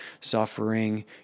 suffering